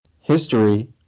history